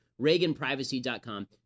ReaganPrivacy.com